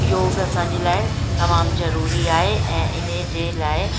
योग असांजे लाइ तमामु ज़रूरी आहे ऐं इन जे लाइ